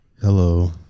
Hello